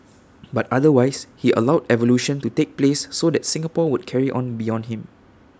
but otherwise he allowed evolution to take place so that Singapore would carry on beyond him